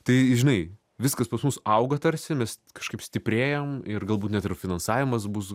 tai žinai viskas pas mus auga tarsi mes kažkaip stiprėjam ir galbūt net ir finansavimas bus